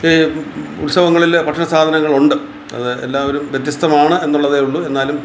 ഈ ഉത്സവങ്ങളിൽ ഭക്ഷണ സാധനങ്ങൾ ഉണ്ട് അത് എല്ലാവരും വ്യത്യസ്തമാണ് എന്നുള്ളതേ ഉള്ളൂ എന്നാലും